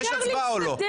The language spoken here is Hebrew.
אם יש הצבעה או אין הצבעה.